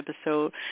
episode